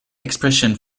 expression